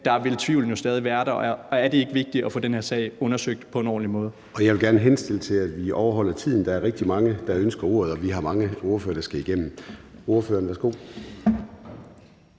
da vil tvivlen jo stadig være der, og er det ikke vigtigt at få den her sag undersøgt på en ordentlig måde? Kl. 13:21 Formanden (Søren Gade): Jeg vil gerne henstille til, at vi overholder tiden. Der er rigtig mange, der ønsker ordet, og vi har mange ordførere, der skal igennem. Ordføreren, værsgo.